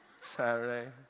Saturday